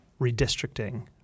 redistricting